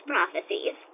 Prophecies